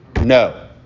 No